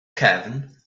cefn